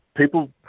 people